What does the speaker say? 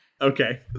Okay